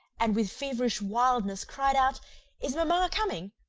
and, with feverish wildness, cried out is mama coming